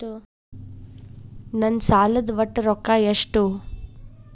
ನನ್ನ ಸಾಲದ ಒಟ್ಟ ರೊಕ್ಕ ಎಷ್ಟು?